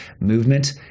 movement